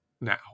now